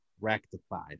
rectified